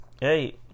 Hey